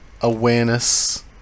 awareness